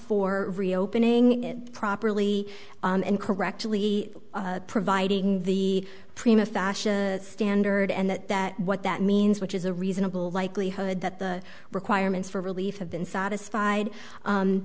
for reopening it properly and correctly providing the prima fashion standard and that that what that means which is a reasonable likelihood that the requirements for relief have been satisfied